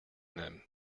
them